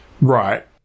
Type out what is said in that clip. Right